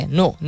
no